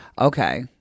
Okay